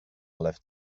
left